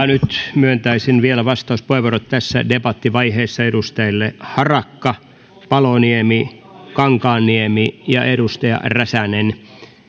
nyt myöntäisin vielä vastauspuheenvuorot tässä debattivaiheessa edustajille harakka paloniemi kankaanniemi ja räsänen